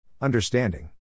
Understanding